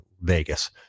vegas